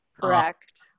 Correct